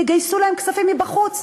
יגייסו להן כספים מבחוץ,